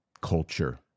culture